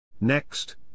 Next